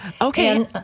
Okay